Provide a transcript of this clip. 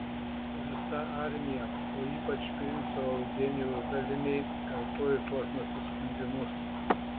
visa armija o ypač princo eugenijaus daliniai kartojo tuos nusiskundimus